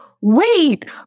wait